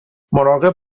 مراقب